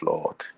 Lord